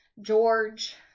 George